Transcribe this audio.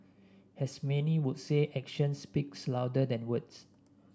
as many would say actions speaks louder than words